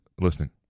listening